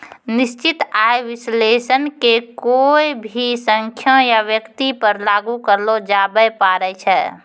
निश्चित आय विश्लेषण के कोय भी संख्या या व्यक्ति पर लागू करलो जाबै पारै छै